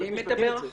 מדבר עכשיו?